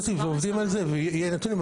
ועובדים על זה ויהיו נתונים,